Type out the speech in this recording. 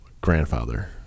grandfather